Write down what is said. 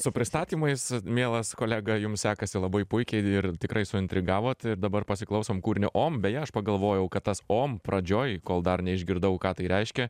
su pristatymais mielas kolega jum sekasi labai puikiai ir tikrai suintrigavot dabar pasiklausom kūrinio om beje aš pagalvojau kad tas om pradžioj kol dar neišgirdau ką tai reiškia